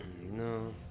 No